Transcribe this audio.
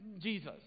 Jesus